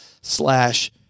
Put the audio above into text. slash